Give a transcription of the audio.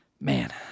man